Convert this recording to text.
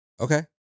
Okay